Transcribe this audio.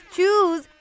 Choose